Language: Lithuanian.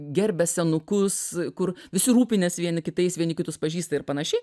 gerbia senukus kur visi rūpinasi vieni kitais vieni kitus pažįsta ir panašiai